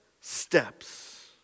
steps